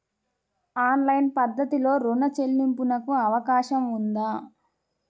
Online పద్ధతిలో రుణ చెల్లింపునకు అవకాశం ఉందా?